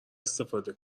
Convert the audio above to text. استفاده